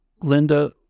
Linda